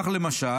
למשל,